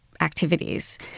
activities